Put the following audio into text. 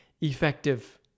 effective